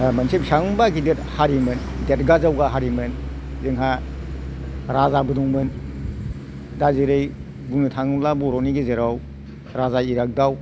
मोनसे बेसेबांबा गेदेर हारिमोन देरगा जौगा हारिमोन जोंहा राजाबो दंमोन दा जेरै बुंनो थाङोब्ला बर'नि गेजेराव राजा इरागदाव